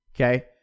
Okay